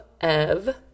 Ev